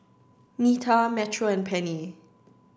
Nita Metro and Penni